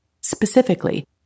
Specifically